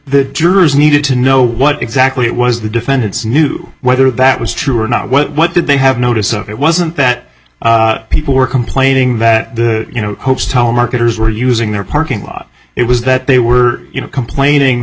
the jurors needed to know what exactly it was the defendants knew whether that was true or not what did they have notice of it wasn't that people were complaining that the you know hopes telemarketers were using their parking lot it was that they were complaining